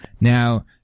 Now